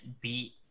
beat